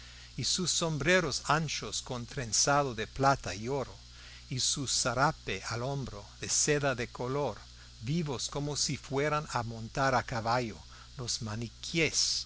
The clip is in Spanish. y sus sombreros anchos con trenzado de plata y oro y su zarape al hombro de seda de color vivos como si fueran a montar a caballo los maniquíes